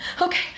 Okay